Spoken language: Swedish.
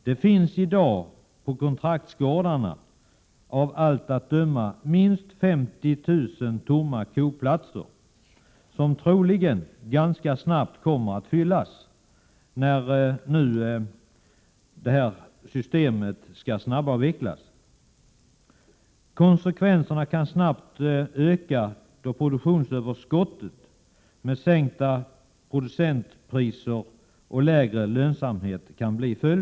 Det finns av allt att döma i dag på kontraktsgårdarna minst 50 000 tomma båsplatser för kor som troligen kommer att fyllas ganska snabbt när nu det här systemet skall snabbavvecklas. Konsekvenserna kan bli ett snabbt ökat produktionsöverskott med sänkta producentpriser och lägre lönsamhet.